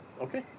Okay